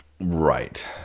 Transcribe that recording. Right